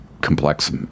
complex